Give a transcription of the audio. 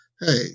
Hey